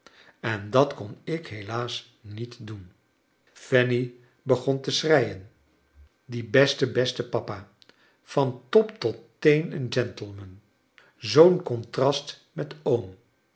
en dat kon ik helaas niet doen fanny begon te schreien die beste beste papa van top tot teen een gentleman zoo'n contrast met oom